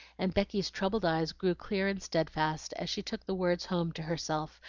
and becky's troubled eyes grew clear and steadfast as she took the words home to herself,